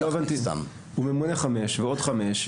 הוא ממונה חמש ועוד חמש,